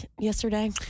yesterday